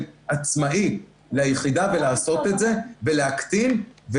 עצמאי ליחידה ולעשות את זה ולהקטין.